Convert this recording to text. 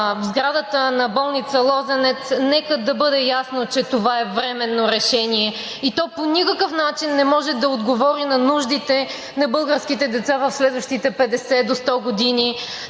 в сградата на болница „Лозенец“ – нека да бъде ясно, това е временно решение, и то по никакъв начин не може да отговори на нуждите на българските деца в следващите 50 до 100 години.